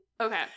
Okay